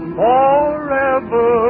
forever